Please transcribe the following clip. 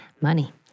money